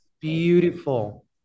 beautiful